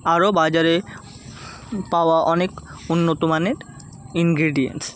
আরও বাজারে পাওয়া অনেক উন্নত মানের ইনগ্রেডিয়েন্টস